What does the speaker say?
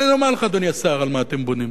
אני אומר לך, אדוני השר, על מה אתם בונים: